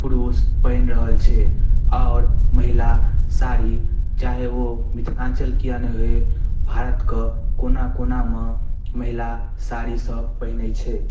पुरुष पहिर रहल छै आओर महिला साड़ी चाहे ओ मिथिलाञ्चल किएक नहि होइ भारतके कोना कोनामे महिला साड़ीसब पहिरै छै